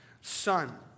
son